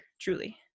truly